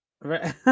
Right